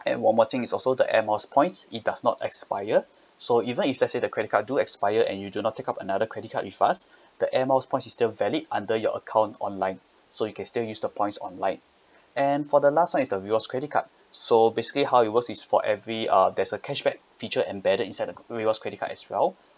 and one more thing is also the air miles points it does not expire so even if let's say the credit card do expire and you do not take up another credit card with us the air miles points is still valid under your account online so you can still use the points online and for the last one is the rewards credit card so basically how it works is for every uh there's a cashback feature embedded inside the rewards credit card as well